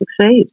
succeed